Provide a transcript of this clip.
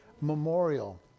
Memorial